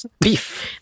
Beef